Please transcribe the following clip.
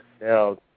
Now